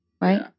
right